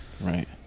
Right